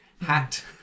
Hat